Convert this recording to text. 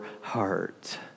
heart